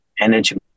energy